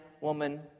woman